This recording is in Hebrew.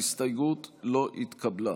ההסתייגות לא התקבלה.